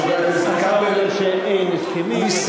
היושב-ראש, חבר הכנסת כבל, הסכמים.